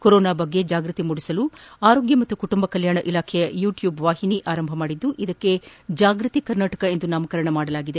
corona ಬಗ್ಗೆ ಜಾಗೃತಿ ಮೂಡಿಸಲು ಆರೋಗ್ಕ ಮತ್ತು ಕುಟುಂಬ ಇಲಾಖೆ ಪ್ರತ್ಯೇಕ ಯೂಟ್ಕೂಬ್ ವಾಹಿನಿ ಆರಂಭ ಮಾಡಿದ್ದು ಇದಕ್ಕೆ ಜಾಗೃತಿ ಕರ್ನಾಟಕ ಎಂದು ನಾಮಕರಣ ಮಾಡಲಾಗಿದೆ